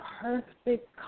perfect